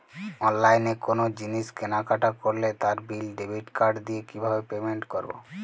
অনলাইনে কোনো জিনিস কেনাকাটা করলে তার বিল ডেবিট কার্ড দিয়ে কিভাবে পেমেন্ট করবো?